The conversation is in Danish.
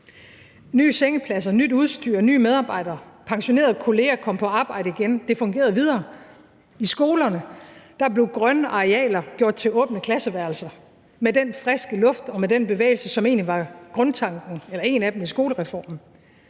nye sengepladser, nyt udstyr, nye medarbejdere, og pensionerede kolleger kom på arbejde igen. Det fungerede – videre! I skolerne blev grønne arealer gjort til åbne klasseværelser med den friske luft og den bevægelse, som egentlig var en af grundtankerne i skolereformen.